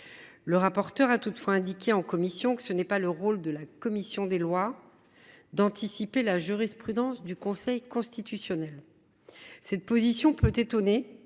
la rapporteure a toutefois indiqué en commission qu’il ne revenait pas à la commission des lois d’anticiper la jurisprudence du Conseil constitutionnel. Cette position peut étonner